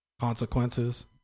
consequences